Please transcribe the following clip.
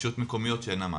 רשויות מקומיות שהן המעסיקות.